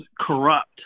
corrupt